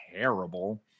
terrible